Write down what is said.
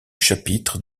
chapitre